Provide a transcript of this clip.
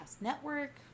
network